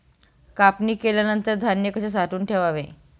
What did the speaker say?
कापणी केल्यानंतर धान्य कसे साठवून ठेवावे?